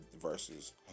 versus